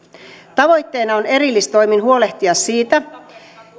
tavoitteena on erillistoimin huolehtia siitä